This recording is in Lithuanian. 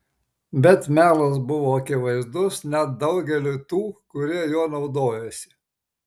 bet melas buvo akivaizdus net daugeliui tų kurie juo naudojosi